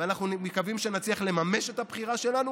ואנחנו מקווים שנצליח לממש את הבחירה שלנו,